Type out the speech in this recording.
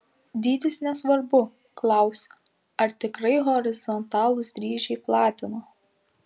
dydis nesvarbu klausia ar tikrai horizontalūs dryžiai platina